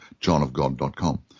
johnofgod.com